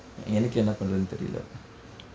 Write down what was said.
எனக்கு என்ன பண்றதுனு தெரியல:enakku enna pandrathunu theriyila